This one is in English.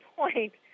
point